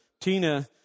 Tina